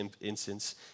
instance